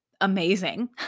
amazing